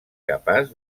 capaç